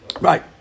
Right